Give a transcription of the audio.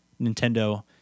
Nintendo